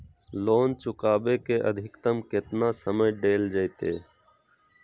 Loan चुकाबे के अधिकतम केतना समय डेल जयते?